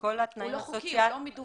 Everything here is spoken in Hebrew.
הוא לא חוקי, לא מדווח.